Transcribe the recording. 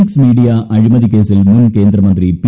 X media അഴിമതി കേസിൽ മുൻ കേന്ദ്രമന്ത്രി പി